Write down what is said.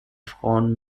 frauen